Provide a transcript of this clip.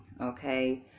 Okay